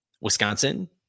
Wisconsin